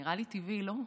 נראה לי טבעי, לא?